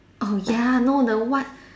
oh ya no the what